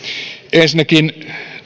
ensinnäkin